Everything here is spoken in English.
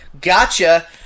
gotcha